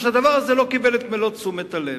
והדבר הזה לא קיבל את מלוא תשומת הלב.